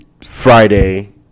Friday